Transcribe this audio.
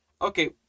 Okay